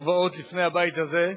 המובאות בפני הבית הזה,